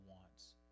wants